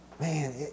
man